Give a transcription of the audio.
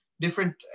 different